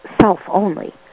self-only